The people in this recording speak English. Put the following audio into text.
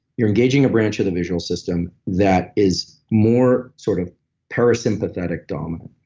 you're engaging a branch of the visual system that is more sort of parasympathetic dominant.